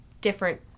different